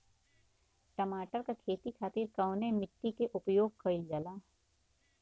टमाटर क खेती खातिर कवने मिट्टी के उपयोग कइलजाला?